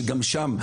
שגם שם,